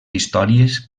històries